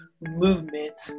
movement